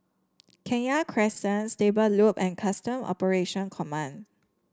Kenya Crescent Stable Loop and Custom Operation Command